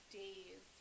days